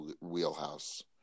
wheelhouse